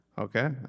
Okay